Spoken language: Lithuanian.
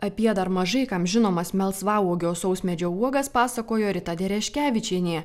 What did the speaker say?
apie dar mažai kam žinomas melsvauogio sausmedžio uogas pasakojo rita dereškevičienė